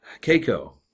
Keiko